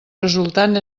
resultant